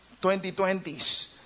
2020's